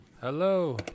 Hello